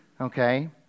Okay